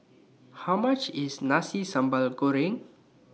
How much IS Nasi Sambal Goreng